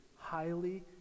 highly